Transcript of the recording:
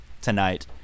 tonight